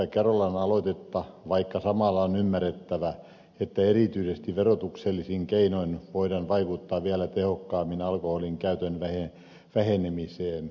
kerolan aloitetta vaikka samalla on ymmärrettävä että erityisesti verotuksellisin keinoin voidaan vaikuttaa vielä tehokkaammin alkoholin käytön vähenemiseen